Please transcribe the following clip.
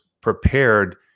prepared